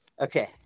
Okay